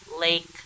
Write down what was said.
lake